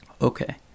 Okay